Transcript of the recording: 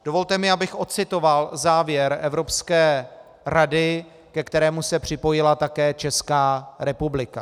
Dovolte mi, abych ocitoval závěr Evropské rady, ke kterému se připojila také Česká republika.